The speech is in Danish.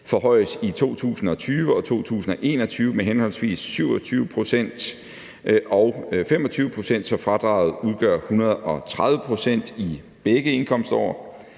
forhøjes i 2020 og 2021 med henholdsvis 27 pct. og 25 pct., så fradraget udgør 130 pct. i begge indkomstår.